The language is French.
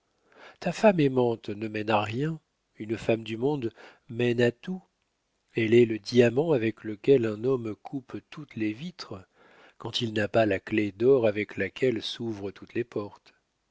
ta femme aimante ne mène à rien une femme du monde mène à tout elle est le diamant avec lequel un homme coupe toutes les vitres quand il n'a pas la clef d'or avec laquelle s'ouvrent toutes les portes